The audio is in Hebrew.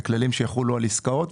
כללים שיחולו על עסקאות,